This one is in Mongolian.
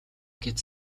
гээд